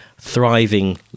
thriving